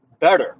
better